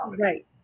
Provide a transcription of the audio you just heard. right